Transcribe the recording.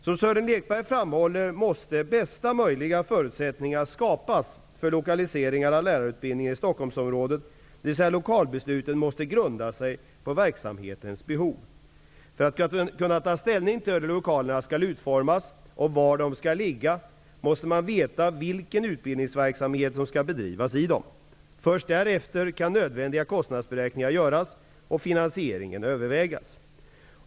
Som Sören Lekberg framhåller måste ''bästa möjliga förutsättningar skapas för lokaliseringen'' lokalbeslutet måste grunda sig på verksamhetens behov. För att kunna ta ställning till hur lokalerna skall utformas och var de skall ligga måste man veta vilken utbildningsverksamhet som skall bedrivas i dem. Först därefter kan nödvändiga kostnadsberäkningar göras och finansiering övervägas.